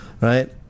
Right